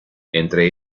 entre